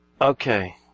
Okay